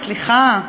סליחה.